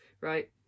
right